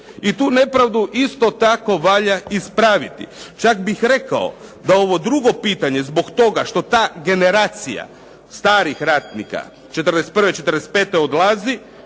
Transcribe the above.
I tu nepravdu isto tako valja ispraviti. Čak bih rekao da ovo drugo pitanje zbog toga što ta generacija starih ratnika 41., 45. odlazi